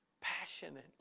passionately